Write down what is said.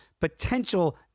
potential